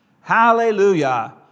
Hallelujah